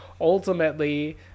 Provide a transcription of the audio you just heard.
ultimately